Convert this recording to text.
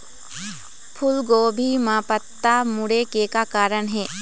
फूलगोभी म पत्ता मुड़े के का कारण ये?